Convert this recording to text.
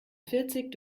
vierzig